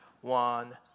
one